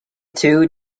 two